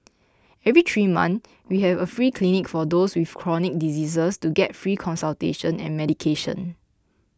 every three months we have a free clinic for those with chronic diseases to get free consultation and medication